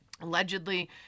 Allegedly